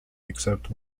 except